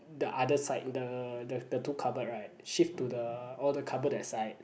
the other side the the the two cupboard right shift to the all the cupboard that side